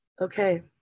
okay